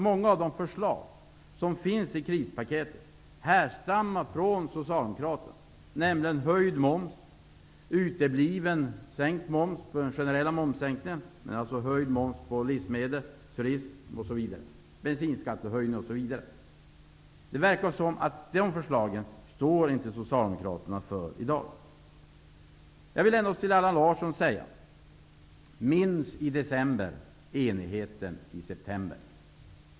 Många av de förslag som finns i krispaketet härstammar från Det verkar som om Socialdemokraterna inte står för de förslagen i dag. Jag vill säga till Allan Larsson: Minns i december enigheten i september!